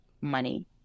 money